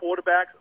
quarterbacks